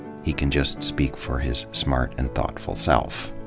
he can just speak for his smart and thoughtful self.